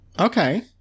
Okay